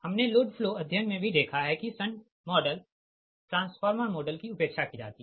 हमने load flow अध्ययन मे भी देखा है कि शंट मॉडल ट्रांसफार्मर मॉडल की उपेक्षा की जाती है